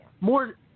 More